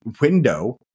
Window